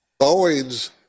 Boeing's